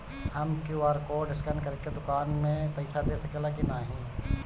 हम QR code scan करके दुकान में पईसा दे सकेला की नाहीं?